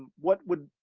what would,